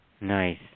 Nice